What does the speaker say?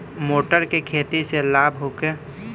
मटर के खेती से लाभ होखे?